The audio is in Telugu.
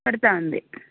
పడుతుంది